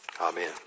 Amen